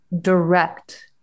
direct